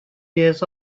years